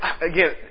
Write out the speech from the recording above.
again